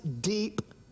deep